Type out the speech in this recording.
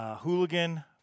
Hooligan